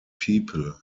people